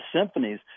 symphonies